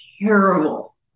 terrible